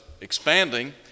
expanding